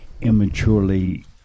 immaturely